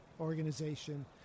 organization